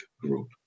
group